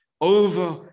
over